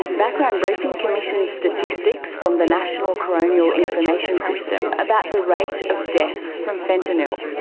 background briefing commissioned statistics from the national coronial information system about the rate of deaths from fentanyl.